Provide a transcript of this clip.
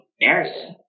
area